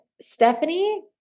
Stephanie